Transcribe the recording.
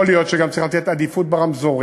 יכול להיות שגם צריך לתת עדיפות ברמזורים.